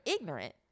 ignorant